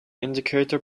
indicator